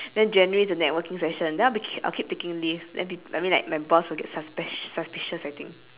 then january the networking session then I'll be I'll keep taking leave then people I mean like my boss will get suspi~ suspicious I think